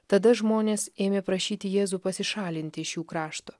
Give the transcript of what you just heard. tada žmonės ėmė prašyti jėzų pasišalinti iš jų krašto